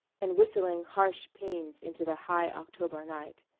and whistling harsh paeans into the high october night.